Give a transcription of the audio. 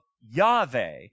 Yahweh